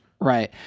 Right